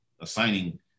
assigning